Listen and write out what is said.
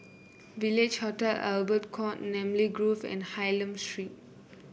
Village Hotel Albert Court Namly Grove and Hylam Street